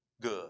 good